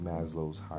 Maslow's